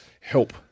help